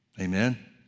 Amen